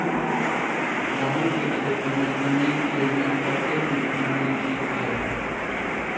गहूम के खेती मे जमीन मे कतेक नमी ठीक ये?